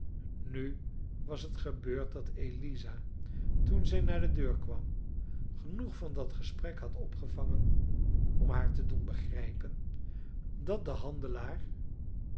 nu was het gebeurd dat eliza toen zij naar de deur kwam genoeg van dat gesprek had opgevangen om haar te doen begrijpen dat de handelaar